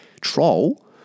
troll